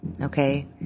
okay